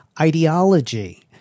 ideology